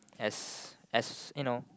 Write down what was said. as as you know